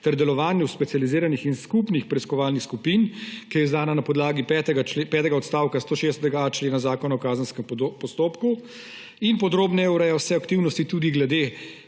ter delovanju specializiranih in skupnih preiskovalnih skupin, ki je izdana podlagi petega odstavka 160.a člena Zakona o kazenskem postopku in podrobneje ureja vse aktivnosti tudi glede